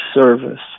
service